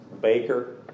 Baker